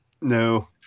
No